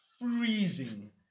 freezing